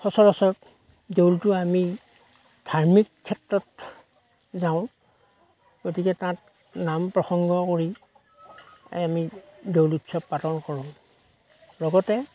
সচৰাচৰ দৌলটো আমি ধাৰ্মিক ক্ষেত্ৰত যাওঁ গতিকে তাত নাম প্ৰসংগ কৰি আমি দৌল উৎসৱ পালন কৰোঁ লগতে